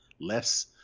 less